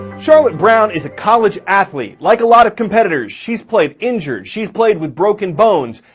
charlotte brown is a college athlete. like a lot of competitors, she's played injured. she's played with broken bones.